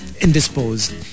Indisposed